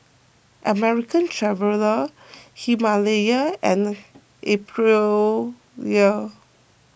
American Traveller Himalaya and Aprilia